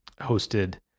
hosted